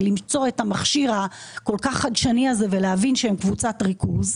למצוא את המכשיר הכול כך חדשני הזה ולהבין שהם קבוצת ריכוז.